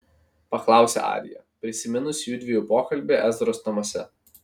paklausė arija prisiminusi judviejų pokalbį ezros namuose